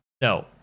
No